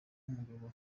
umugabo